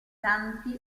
santi